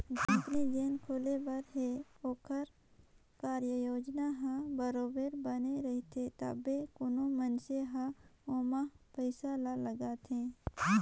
company जेन खुले बर हे ओकर कारयोजना हर बरोबेर बने रहथे तबे कोनो मइनसे हर ओम्हां पइसा ल लगाथे